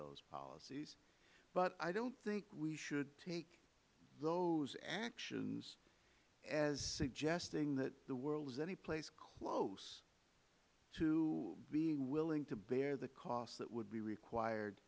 those policies but i don't think we should take those actions as suggesting that the world is any place close to being willing to bear the costs that would be required